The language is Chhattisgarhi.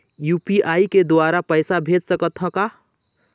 यू.पी.आई के द्वारा पैसा भेज सकत ह का?